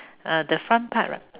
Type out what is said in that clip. uh the front part right